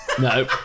No